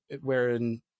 wherein